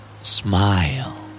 Smile